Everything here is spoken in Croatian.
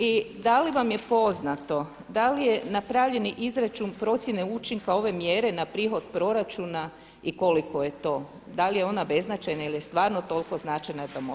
I da li vam je poznato da li je napravljeni izračun procjene učinka ove mjere na prihod proračuna i koliko je to, da li je ona beznačajna ili je stvarno toliko značajna da moramo to uvesti?